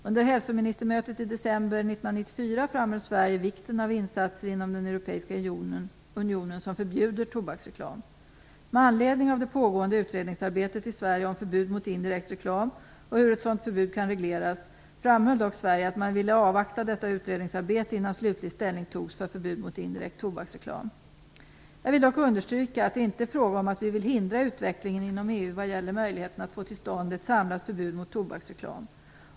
Under hälsoministermötet i december 1994 framhöll Sverige vikten av insatser inom den europeiska unionen som förbjuder tobaksreklam. Med anledning av det pågående utredningsarbetet i Sverige om förbud mot indirekt reklam och hur ett sådant förbud kan regleras framhöll dock Sverige att man ville avvakta detta utredningsarbete innan slutlig ställning togs för förbud mot indirekt tobaksreklam. Jag vill dock understryka att det inte är fråga om att vi vill hindra utvecklingen inom EU vad gäller möjligheterna att få till stånd ett samlat förbud mot tobaksreklam.